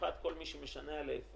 במיוחד כל מי שמשנע ---,